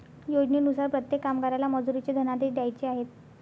योजनेनुसार प्रत्येक कामगाराला मजुरीचे धनादेश द्यायचे आहेत